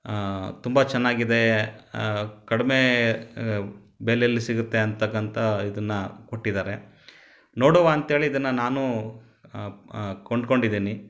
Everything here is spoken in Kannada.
ತುಂಬ ಚೆನ್ನಾಗಿದೆ ಕಡಿಮೆ ಬೆಲೆಯಲ್ಲಿ ಸಿಗುತ್ತೆ ಅಂತಕ್ಕಂಥ ಇದನ್ನ ಕೊಟ್ಟಿದ್ದಾರೆ ನೋಡುವ ಅಂತೇಳಿ ಇದನ್ನು ನಾನು ಕೊಂಡ್ಕೊಂಡಿದೀನಿ